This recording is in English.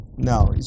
No